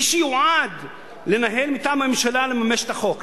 מי שיועד מטעם הממשלה לממש את החוק,